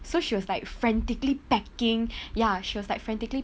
so she was like frantically packing ya she was like frantically